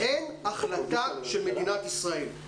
אין החלטה של מדינת ישראל.